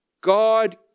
God